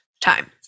time